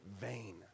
vain